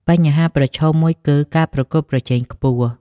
បញ្ហាប្រឈមមួយគឺ ការប្រកួតប្រជែងខ្ពស់។